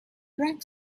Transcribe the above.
drank